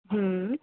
ہوں